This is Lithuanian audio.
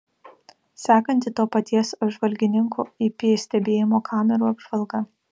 sekanti to paties apžvalgininko ip stebėjimo kamerų apžvalga